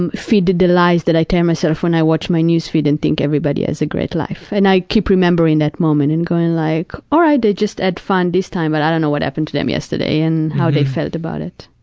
um feed the lies that i tell myself when i watch my news feed and think everybody has a great life. and i keep remembering that moment and going like, all right, they just had fun this time, but i don't know what happened to them yesterday and how they felt about it.